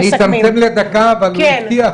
אצמצם לדקה, אבל הוא הבטיח.